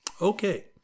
Okay